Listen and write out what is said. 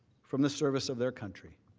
from the service of their country.